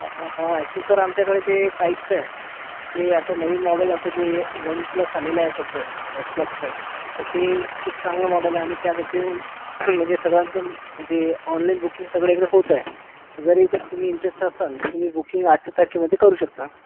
पहा actually sir आमच्याकडे जे बाईक्स आहे ते आता नवीन मॉडल आता जे वन प्लस आलेलं आहे सध्या एस प्लसचं तर ते खूप चांगलं मॉडल आहे आणि त्याबद्दल म्हणजे सगळ्यांचं म्हणजे ऑनलाईन बुकिंग सगळं इकडे होतं आहे जरी इथे तुम्ही इंटरेस्ट असाल तुम्ही बुकिंग आजच्या तारखेमध्ये करू शकता